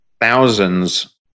thousands